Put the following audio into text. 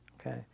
okay